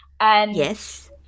Yes